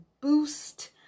boost